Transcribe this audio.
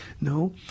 No